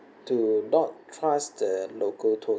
to not trust the local tour